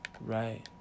right